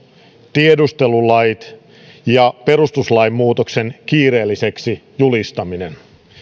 tiedustelulait ja perustuslain muutoksen kiireelliseksi julistaminen